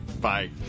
Bye